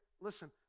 Listen